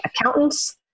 accountants